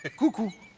ah cuckoo!